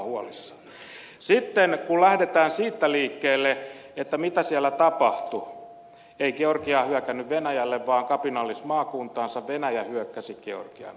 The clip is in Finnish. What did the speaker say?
sitten kun lähdetään siitä liikkeelle mitä siellä tapahtui ei georgia hyökännyt venäjälle vaan kapinallismaakuntaansa venäjä hyökkäsi georgiaan